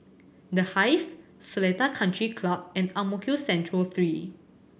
The Hive Seletar Country Club and Ang Mo Kio Central Three